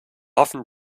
hoffen